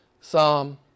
Psalm